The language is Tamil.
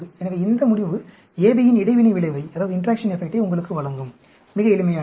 எனவே இந்த முடிவு AB இன் இடைவினை விளைவை உங்களுக்கு வழங்கும் மிக எளிமையானது